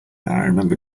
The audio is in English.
remember